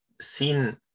seen